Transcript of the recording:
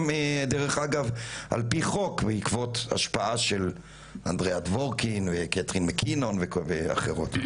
דרך אגב על פי חוק בעקבות השפעה של אנדראה דבורקין וקתרין מקינון ואחרות.